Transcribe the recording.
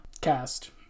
cast